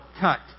cut